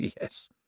yes